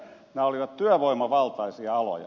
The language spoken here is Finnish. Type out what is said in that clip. ne olivat työvoimavaltaisia aloja